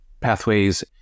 pathways